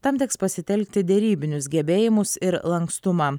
tam teks pasitelkti derybinius gebėjimus ir lankstumą